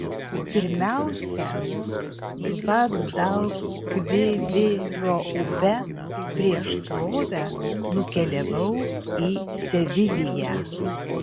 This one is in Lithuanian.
pirmiausia gvadalkviviro upe prieš srovę nukeliavau į seviliją